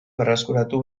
berreskuratu